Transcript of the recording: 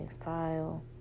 File